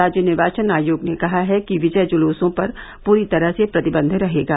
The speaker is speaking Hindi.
राज्य निर्वाचन आयोग ने कहा है कि विजय जलूसों पर पूरी तरह से प्रतिबंध रहेगा